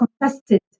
contested